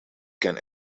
can